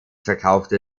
verkaufte